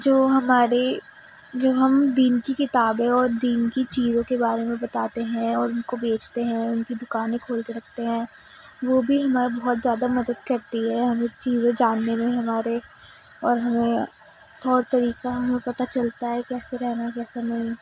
جو ہمارے جو ہم دین کی کتابیں اور دین کی چیزوں کے بارے میں بتاتے ہیں اور ان کو بیچتے ہیں ان کی دکانیں کھول کے رکھتے ہیں وہ بھی ہماری بہت زیادہ مدد کرتی ہے ہمیں چیزیں جاننے میں ہمارے اور ہمیں طور طریقہ ہمیں پتہ چلتا ہے کیسے رہنا کیسے نہیں